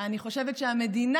אני חושבת שהמדינה,